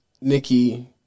nikki